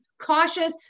cautious